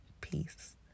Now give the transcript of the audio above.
Peace